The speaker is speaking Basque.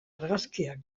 argazkiak